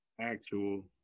Actual